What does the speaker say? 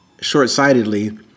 short-sightedly